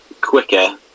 quicker